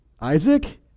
Isaac